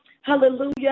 Hallelujah